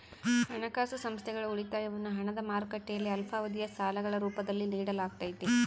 ಹಣಕಾಸು ಸಂಸ್ಥೆಗಳು ಉಳಿತಾಯವನ್ನು ಹಣದ ಮಾರುಕಟ್ಟೆಯಲ್ಲಿ ಅಲ್ಪಾವಧಿಯ ಸಾಲಗಳ ರೂಪದಲ್ಲಿ ನಿಡಲಾಗತೈತಿ